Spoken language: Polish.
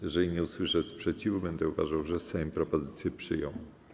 Jeżeli nie usłyszę sprzeciwu, będę uważał, że Sejm propozycję przyjął.